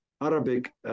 Arabic